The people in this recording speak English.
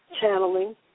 channeling